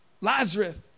Lazarus